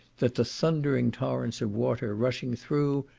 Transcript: that the thundering torrents of water rushing through,